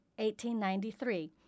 1893